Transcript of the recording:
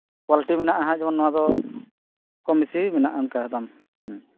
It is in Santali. ᱠᱚᱣᱟᱞᱤᱴᱤ ᱢᱮᱱᱟᱜᱼᱟ ᱦᱟᱸᱜ ᱡᱮ ᱱᱚᱣᱟ ᱫᱚ ᱠᱚᱢ ᱵᱤᱥᱤ ᱢᱮᱱᱟᱜᱼᱟ ᱚᱱᱠᱟ ᱫᱟᱢ